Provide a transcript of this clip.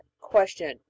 Question